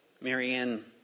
Marianne